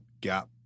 gap